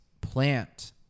plant